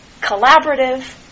collaborative